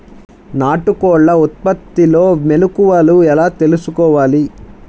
నాటుకోళ్ల ఉత్పత్తిలో మెలుకువలు ఎలా తెలుసుకోవాలి?